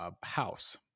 house